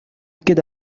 ket